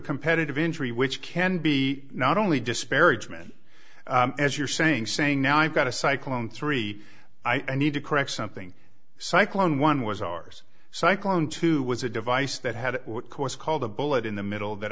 competitive injury which can be not only disparagement as you're saying saying now i've got a cycling three i need to correct something cycling one was ours cycling two was a device that had a course called a bullet in the middle that